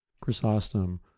chrysostom